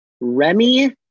Remy